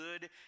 good